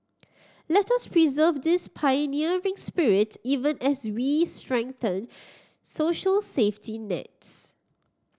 let us preserve this pioneering spirit even as we strengthen social safety nets